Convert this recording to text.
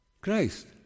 Christ